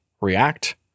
react